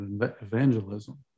evangelism